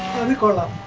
the column